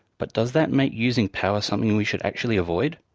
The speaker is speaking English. but does that make using power something we should actually avoid?